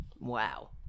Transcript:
wow